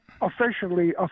officially